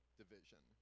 division